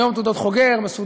היום תעודות חוגר הן מסודרות,